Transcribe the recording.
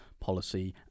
policy